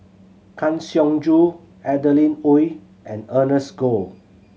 Kang Siong Joo Adeline Ooi and Ernest Goh